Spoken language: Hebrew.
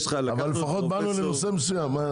לפחות באנו לנושא מסוים.